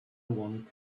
one